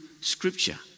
scripture